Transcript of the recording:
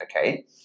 okay